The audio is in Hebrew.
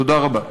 תודה רבה.